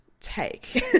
take